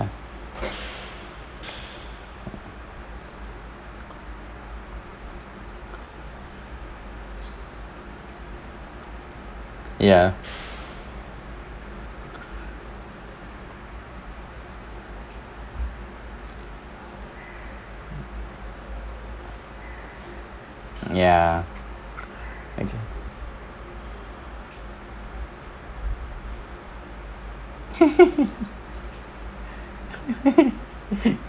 ya ya